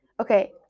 okay